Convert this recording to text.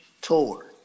tour